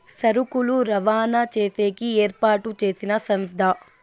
సరుకులు రవాణా చేసేకి ఏర్పాటు చేసిన సంస్థ